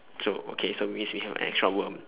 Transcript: so okay so means become extra worm